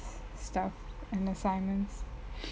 stuff and assignments